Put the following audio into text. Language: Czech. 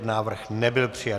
Návrh nebyl přijat.